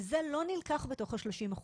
וזה לא נלקח בתוך ה-30%.